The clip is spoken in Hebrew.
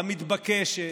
המתבקשת,